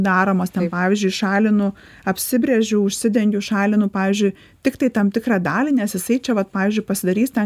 daromos ten pavyzdžiui šalinu apsibrėžiau užsidengiu šalinu pavyzdžiui tiktai tam tikrą dalį nes jisai čia vat pavyzdžiui pasidarys ten